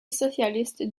socialiste